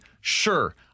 sure